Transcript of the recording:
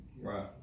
Right